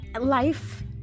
life